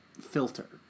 filter